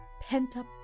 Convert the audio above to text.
pent-up